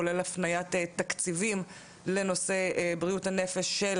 כולל הפניית תקציבים לנושא בריאות הנפש של